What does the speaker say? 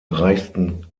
reichsten